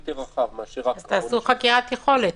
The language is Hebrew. יותר רחב מאשר -- אז תעשו חקירת יכולת.